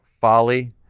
folly